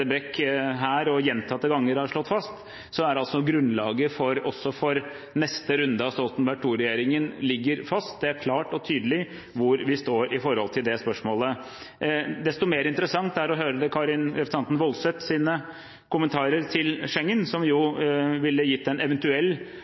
Brekk her og gjentatte ganger har slått fast, ligger grunnlaget også for neste runde av Stoltenberg II-regjeringen fast. Det er klart og tydelig hvor vi står i forhold til det spørsmålet. Desto mer interessant er det å høre representanten Woldseths kommentarer til Schengen, som jo ville gitt en eventuell